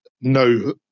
no